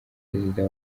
perezida